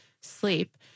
sleep